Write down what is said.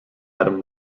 adam